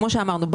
כמו שאמרנו,